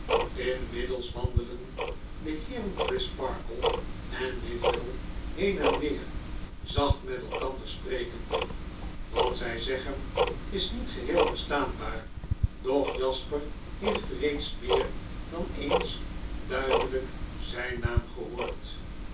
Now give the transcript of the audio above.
lnmiddels wandelen de heeren crisparkleen neville heen en weer zacht met elkander sprekende wat zij zeggen is niet geheel verstaanbaar doch jasper heeft reeds meer dan eens duidelyk zijn naam gehoord